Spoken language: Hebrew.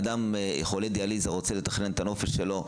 כשחולה דיאליזה רוצה לתכנן את הנופש שלו,